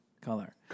color